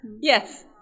Yes